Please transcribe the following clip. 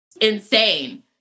insane